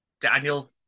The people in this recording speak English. Daniel